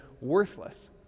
worthless